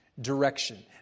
direction